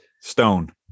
stone